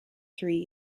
three